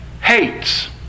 hates